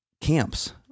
camps